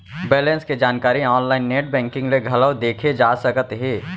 balance के जानकारी online net banking ले घलौ देखे जा सकत हे